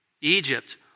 Egypt